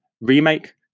remake